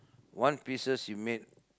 one pieces you make